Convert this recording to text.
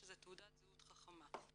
שזו תעודת זהות חכמה,